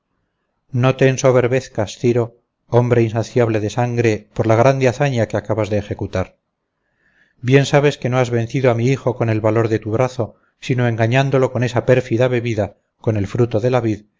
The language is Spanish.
no te ensoberbezcas ciro hombre insaciable de sangre por la grande hazaña que acabas de ejecutar bien sabes que no has vencido a mi hijo con el valor de tu brazo sino engañándolo con esa pérfida bebida con el fruto de la vid